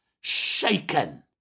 shaken